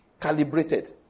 calibrated